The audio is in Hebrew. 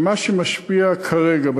שמה שמשפיע כרגע,